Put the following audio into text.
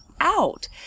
out